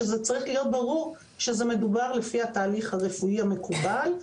שזה מתבצע לפי התהליך הרפואי המקובל,